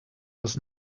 was